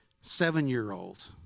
seven-year-old